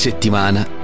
Settimana